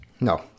No